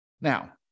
Now